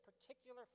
particular